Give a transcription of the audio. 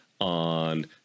on